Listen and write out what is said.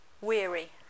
weary